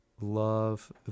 love